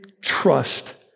trust